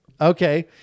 Okay